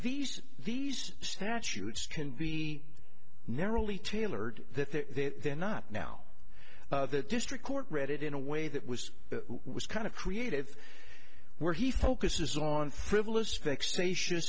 these these statutes can be narrowly tailored that there's not now that district court read it in a way that was that was kind of creative where he focuses on frivolous fixation